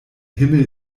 himmel